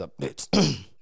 updates